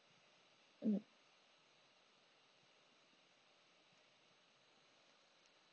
mm